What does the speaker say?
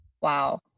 Wow